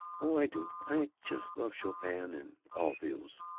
oh, i do! i just love chopin and all those.